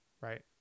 right